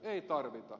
ei tarvita